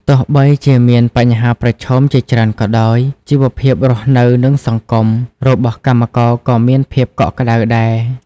ទោះបីជាមានបញ្ហាប្រឈមជាច្រើនក៏ដោយ ជីវភាពរស់នៅ និងសង្គម របស់កម្មករក៏មានភាពកក់ក្ដៅដែរ។